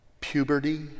Puberty